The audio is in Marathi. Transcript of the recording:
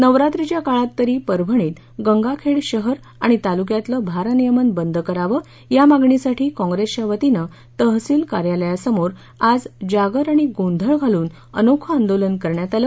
नवरात्रीच्या काळात तरी परभणीत गंगाखेड शहर आणि तालुक्यातलं भारनियमन बंद करावं या मागणीसाठी काँप्रेसवतीनं तहसिल कार्यालयासमोर आज जागर आणि गोंधळ घालून अनोखे आंदोलन करण्यात आलं